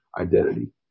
identity